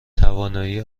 توانایی